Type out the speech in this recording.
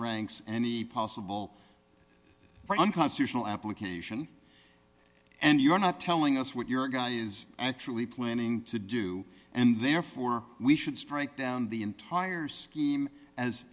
ranks any possible for unconstitutional application and you're not telling us what your guy is actually planning to do and therefore we should strike down the entire scheme as